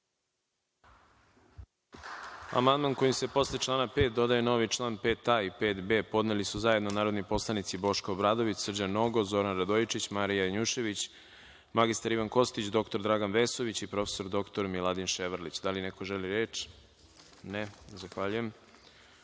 Amandman kojim se posle člana 5. dodaje novi član 5a i 5b podneli su zajedno narodni poslanici Boško Obradović, Srđan Nogo, Zoran Radojičić, Marija Janjušević, mr Ivan Kostić, dr Dragan Vesović i prof. dr Miladin Ševarlić. Da li neko želi reč? (Ne.)Amandman